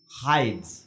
hides